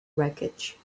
wreckage